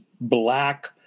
black